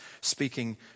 speaking